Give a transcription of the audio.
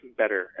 better